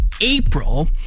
April